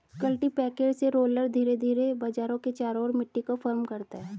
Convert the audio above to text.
cultipacker roller धीरे धीरे बीजों के चारों ओर मिट्टी को फर्म करता है